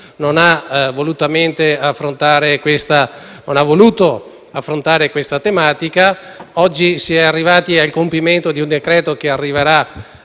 non ha voluto affrontare questa tematica. Oggi si è giunti alla stesura di un decreto che arriverà